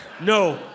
No